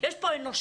יש פה אנושיות,